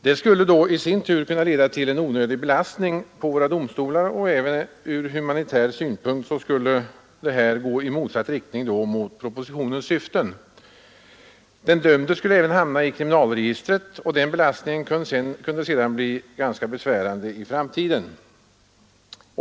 Det skulle i sin tur kunna leda till en onödig belastning för våra domstolar. Även ur humanitär synpunkt skulle utvecklingen gå i motsatt riktning mot propositionens syften. Den dömde skulle också hamna i kriminalregistret, och den belastningen kunde sedan bli ganska besvärande i framtiden.